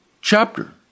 chapter